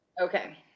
okay